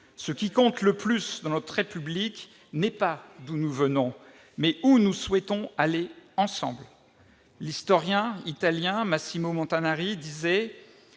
Ce qui compte le plus dans notre République n'est pas d'où nous venons, mais où nous souhaitons aller ensemble. L'historien italien Massimo Montanari dit